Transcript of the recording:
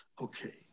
Okay